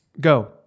Go